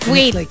Wait